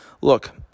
Look